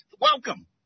welcome